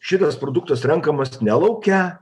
šitas produktas renkamas ne lauke